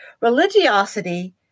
religiosity